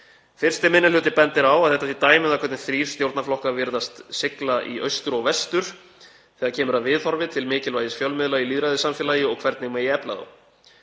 1. minni hluti bendir á að þetta sé dæmi um það hvernig þrír stjórnarflokkar virðist sigla í austur og vestur þegar kemur að viðhorfi til mikilvægis fjölmiðla í lýðræðissamfélagi og hvernig megi efla þá.